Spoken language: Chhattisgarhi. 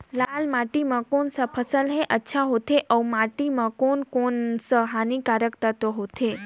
लाल माटी मां कोन सा फसल ह अच्छा होथे अउर माटी म कोन कोन स हानिकारक तत्व होथे?